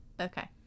Okay